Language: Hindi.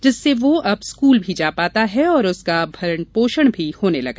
जिससे वह अब स्कूल भी जा पाते है और उनका भरण पोषण भी होने लगा